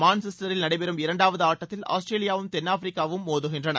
மான்செஸ்டரில் நடைபெறும் இரண்டாவது ஆட்டத்தில் ஆஸ்திரேலியாவும் தென்னாப்பிரிக்காவும் மோதுகின்றன